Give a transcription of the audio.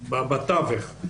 בתווך,